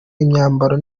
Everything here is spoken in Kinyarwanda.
imyambaro